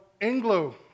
Anglo